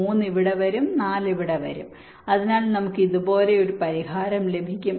3 ഇവിടെ വരും 4 അവിടെ വരും അതിനാൽ നമുക്ക് ഇതുപോലൊരു പരിഹാരം ലഭിക്കും